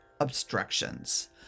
obstructions